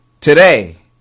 Today